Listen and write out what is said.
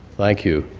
thank you,